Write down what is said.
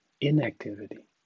inactivity